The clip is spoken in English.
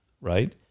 right